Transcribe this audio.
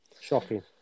Shocking